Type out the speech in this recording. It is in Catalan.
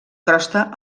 crosta